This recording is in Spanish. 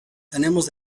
tenemos